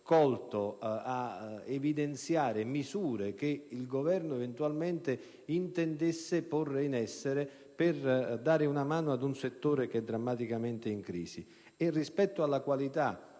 volto ad evidenziare misure che il Governo eventualmente intendesse porre in essere per dare una mano ad un settore drammaticamente in crisi. Rispetto alla qualità